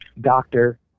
doctor